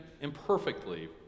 imperfectly